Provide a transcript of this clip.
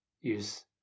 use